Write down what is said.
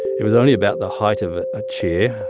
it was only about the height of a chair.